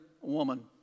woman